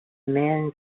men